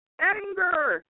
anger